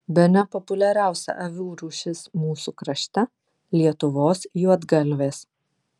bene populiariausia avių rūšis mūsų krašte lietuvos juodgalvės